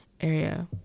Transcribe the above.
area